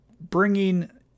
bringing